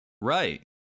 Right